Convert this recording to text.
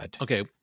Okay